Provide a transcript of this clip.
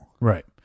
right